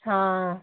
हाँ